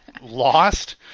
lost